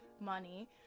money